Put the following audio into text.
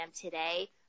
today